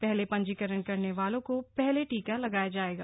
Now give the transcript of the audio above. पहले पंजीकरण करने वालों को पहले टीका लगाया जाएगा